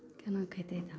कोना खेतै लोक